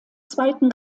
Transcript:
zweiten